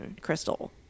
crystal